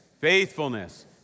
faithfulness